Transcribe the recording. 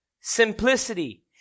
Simplicity